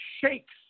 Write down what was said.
shakes